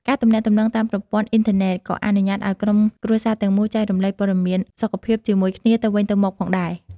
ការទំនាក់ទំនងតាមប្រព័ន្ធអ៊ីនធើណេតក៏អនុញ្ញាតិឱ្យក្រុមគ្រួសារទាំងមូលចែករំលែកព័ត៌មានសុខភាពជាមួយគ្នាទៅវិញទៅមកផងដែរ។